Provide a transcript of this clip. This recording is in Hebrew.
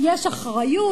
יש אחריות,